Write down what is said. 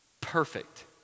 perfect